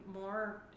more